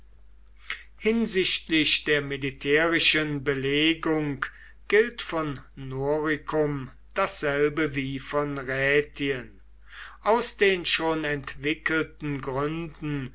hinsichtlich der militärischen belegung gilt von noricum dasselbe wie von rätien aus den schon entwickelten gründen